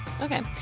Okay